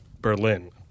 Berlin